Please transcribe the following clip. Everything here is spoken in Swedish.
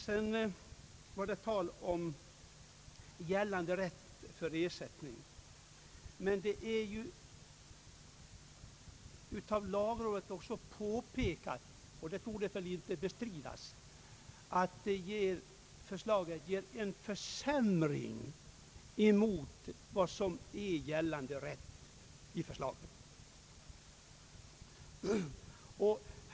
Det var sedan tal om gällande rätt beträffande ersättning. Men lagrådet har påpekat — och det torde väl inte bestridas — att förslaget ger en för sämring i förhållande till gällande rätt.